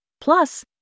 Plus